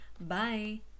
Bye